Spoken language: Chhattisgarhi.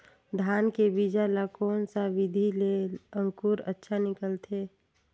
धान के बीजा ला कोन सा विधि ले अंकुर अच्छा निकलथे?